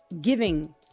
giving